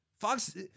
Fox